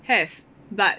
have but